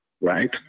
right